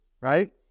right